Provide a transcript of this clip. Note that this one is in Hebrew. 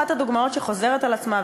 אחת הדוגמאות שחוזרת על עצמה,